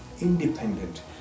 independent